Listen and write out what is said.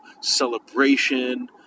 celebration